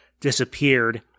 disappeared